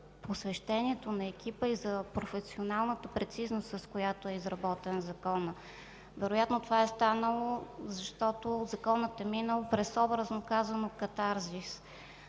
посвещението на екипа и за професионалната прецизност, с която е изработен Законът. Вероятно това е станало, защото Законът е минал през, образно казано, катарзис